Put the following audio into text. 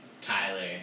Tyler